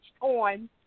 on